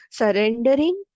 surrendering